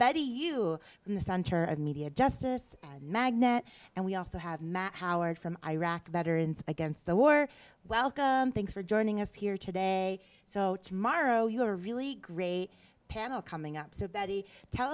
betty you in the center of media justice and magnet and we also have matt howard from iraq veterans against the war welcome thanks for joining us here today so tomorrow you are really great panel coming up so betty tell